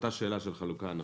לאותה שאלה של חלוקה ענפית.